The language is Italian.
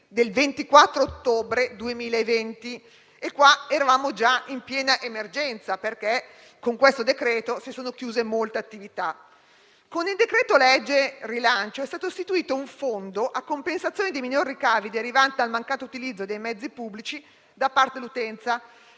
del 24 ottobre 2020, quando eravamo già in piena emergenza, perché con quest'ultimo decreto sono state chiuse molte attività. Con il decreto-legge rilancio è stato istituito un fondo a compensazione dei minori ricavi derivanti sia dal mancato utilizzo dei mezzi pubblici da parte dell'utenza,